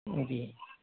جی